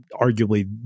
arguably